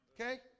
Okay